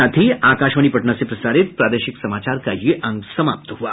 इसके साथ ही आकाशवाणी पटना से प्रसारित प्रादेशिक समाचार का ये अंक समाप्त हुआ